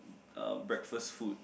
uh breakfast food